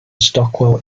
stockwell